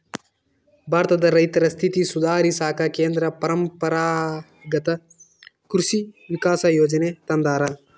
ಭಾರತದ ರೈತರ ಸ್ಥಿತಿ ಸುಧಾರಿಸಾಕ ಕೇಂದ್ರ ಪರಂಪರಾಗತ್ ಕೃಷಿ ವಿಕಾಸ ಯೋಜನೆ ತಂದಾರ